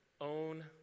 Own